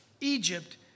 Egypt